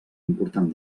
important